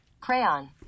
Crayon